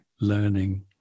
learning